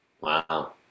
Wow